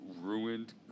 ruined